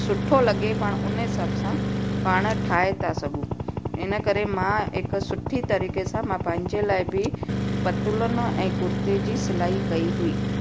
सुठो लॻे पाण उन हिसाब सां पाण ठाहे था सघूं इन करे मां हिकु सुठी तरीक़े सां मां पंहिंजे लाइ बि हिकु पतलून ऐं कुर्ते जी सिलाई कई हुई